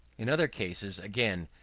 in other cases, again,